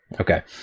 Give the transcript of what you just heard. Okay